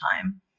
time